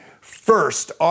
first